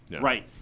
right